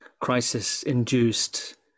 crisis-induced